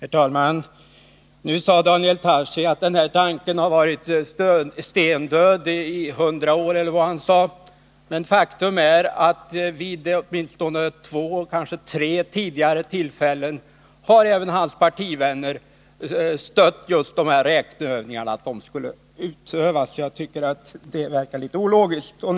Nr 27 Fru talman! Nu sade Daniel Tarschys att den här tanken varit stendöd i Onsdagen den över 60 år, men faktum är att vid åtminstone två eller tre tidigare tillfällen har 19 november 1980 även hans partikamrater stött just kravet på att de här räkneövningarna skall utföras. Därför tycker jag att Daniel Tarschys resonemang verkar litet Vissa grundlagsologiskt.